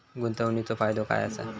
गुंतवणीचो फायदो काय असा?